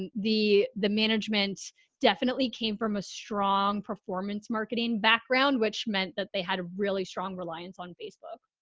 and the, the management definitely came from a strong performance marketing background, which meant that they had a really strong reliance on facebook.